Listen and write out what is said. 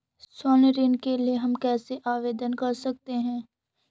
स्वर्ण ऋण के लिए हम कैसे आवेदन कर सकते हैं?